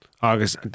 August